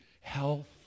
health